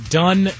done